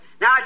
Now